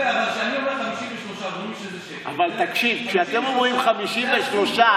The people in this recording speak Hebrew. נכון, אבל תקשיב, ביבי נתן 15 מיליארד,